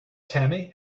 tammy